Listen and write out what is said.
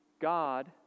God